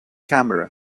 camera